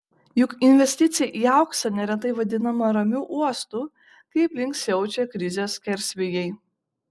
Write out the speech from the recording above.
juk investicija į auksą neretai vadinama ramiu uostu kai aplink siaučia krizės skersvėjai